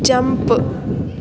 jump